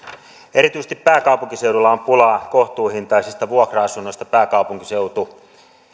erityisesti pääkaupunkiseudulla on pulaa kohtuuhintaisista vuokra asunnoista pääkaupunkiseutu